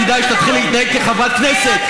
כדאי שתתחילי להתנהג כחברת כנסת.